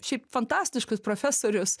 šiaip fantastiškus profesorius